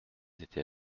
été